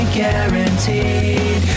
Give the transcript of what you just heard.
guaranteed